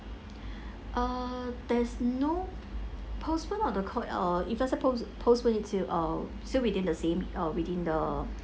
ah there's no postponed or to co~ or if like supposed postpone into or still within the same or within the